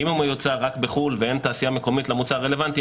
אם הוא מיוצר רק בחו"ל ואין תעשייה מקומית למוצר הרלוונטי,